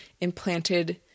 implanted